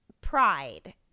pride